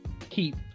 keep